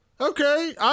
Okay